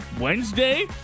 Wednesday